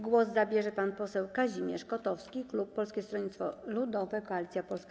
Głos zabierze pan poseł Kazimierz Kotowski, klub Polskie Stronnictwo Ludowe - Koalicja Polska.